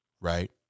right